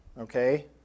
Okay